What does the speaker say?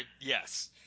Yes